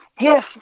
yes